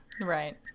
Right